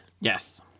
Yes